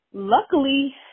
Luckily